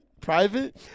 private